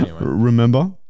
Remember